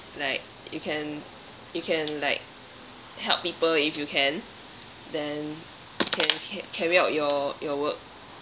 like you can you can like help people if you can then can ca~ carry out your your work